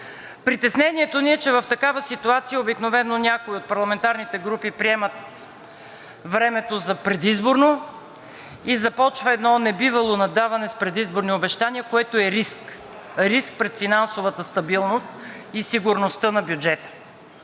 Притеснението ни е, че в такава ситуация обикновено някои от парламентарните групи приемат времето за предизборно и започва едно небивало наддаване с предизборни обещания, което е риск, риск пред финансовата стабилност и сигурността на бюджета.